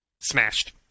Smashed